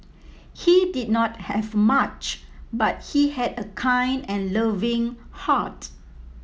he did not have much but he had a kind and loving heart